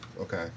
Okay